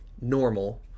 normal